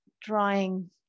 drawing